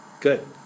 Good